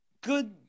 good